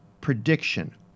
prediction